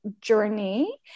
journey